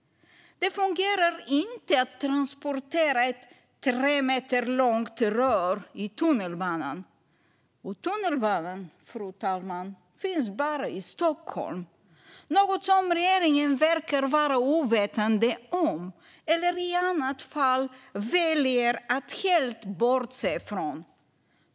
Det fungerar inte att transportera ett tre meter långt rör i tunnelbanan. Och tunnelbanan, fru talman, finns bara i Stockholm. Detta är något som regeringen verkar vara ovetande om eller i annat fall väljer att helt bortse från.